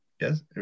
Yes